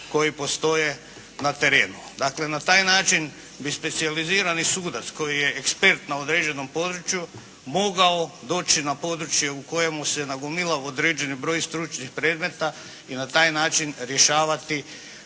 koji postoje na terenu. Dakle, na taj način bi specijalizirani sudac koji je ekspert na određenom području mogao doći na područje u kojemu se nagomilao određeni broj stručnih predmeta i na taj način rješavati